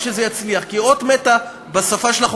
בשביל שזה יצליח.